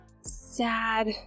sad